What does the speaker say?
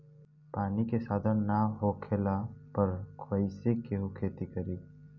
पानी के साधन ना होखला पर कईसे केहू खेती करी